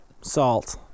Salt